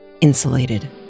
Insulated